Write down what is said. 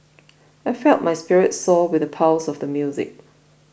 I felt my spirits soar with the pulse of the music